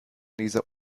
dieser